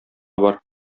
бар